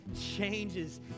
changes